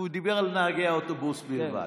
הוא דיבר על נהגי האוטובוס בלבד.